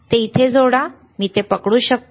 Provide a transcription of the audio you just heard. ते इथे जोडा मी ते पकडू शकतो